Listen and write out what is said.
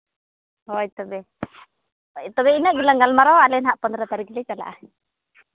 ᱦᱳᱭ ᱛᱚᱵᱮ ᱛᱚᱵᱮ ᱤᱱᱟᱹᱜ ᱜᱮᱞᱟᱝ ᱜᱟᱞᱢᱟᱨᱟᱣᱟ ᱟᱞᱮ ᱦᱟᱸᱜ ᱯᱚᱱᱨᱚ ᱛᱟᱹᱨᱤᱠᱷ ᱞᱮ ᱪᱟᱞᱟᱜᱼᱟ